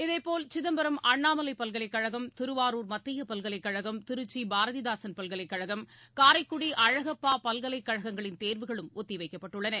இதேபோல் சிதப்பரம் அண்ணாமலைப் பல்கலைக்கழகம் திருவாரூர் மத்தியபல்கலைக்கழகம் திருச்சிபாரதிதாரன் பல்கலைக்கழகம் காரைக்குடிஅழகப்பாபல்கலைக்கழகங்களின் ஆகியதேர்வுகளும் ஒத்திவைக்கப்பட்டுள்ளன